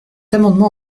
amendement